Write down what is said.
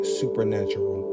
supernatural